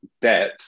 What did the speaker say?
debt